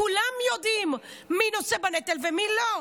כולם יודעים מי נושא בנטל ומי לא.